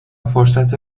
فرصت